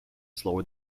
slower